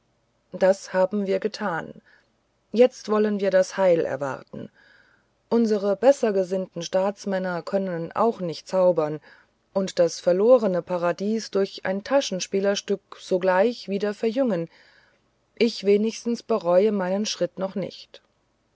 das haben wir getan jetzt wollen wir das heil erwarten unsere bessergesinnten staatsmänner können auch nicht zaubern und das verlorene paradies durch ein taschenspielerstückchen sogleich wieder verjüngen ich wenigstens bereue meinen schritt noch nicht